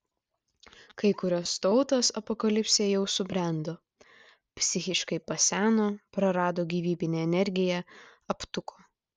kai kurios tautos apokalipsei jau subrendo psichiškai paseno prarado gyvybinę energiją aptuko